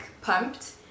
pumped